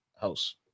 house